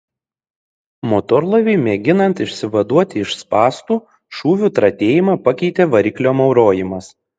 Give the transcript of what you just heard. motorlaiviui mėginant išsivaduoti iš spąstų šūvių tratėjimą pakeitė variklio maurojimas